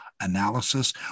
analysis